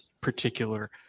particular